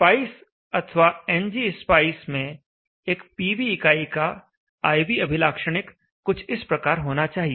spice अथवा NG SPICE में एक पीवी इकाई का I V अभिलाक्षणिक कुछ इस प्रकार होना चाहिए